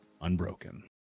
unbroken